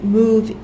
move